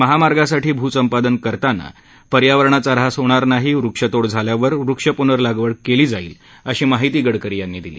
महामार्गासाठी भू संपादन करताना पर्यावरणाचा ऱ्हास होणार नाही वृक्षतोड झाल्यावर वृक्षपुर्नलागवड केली जाईल अशी माहिती गडकरी यांनी दिली